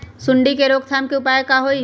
सूंडी के रोक थाम के उपाय का होई?